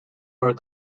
were